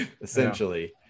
essentially